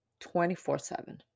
24-7